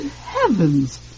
heavens